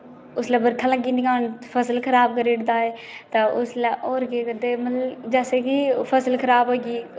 उसले बरखा लग्गी जंदी होन फसल खराब करी ओड़दा ऐ ते उसले औऱ केह् करदे मतलब जेसे कि फसल खराब होई गेई